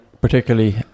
Particularly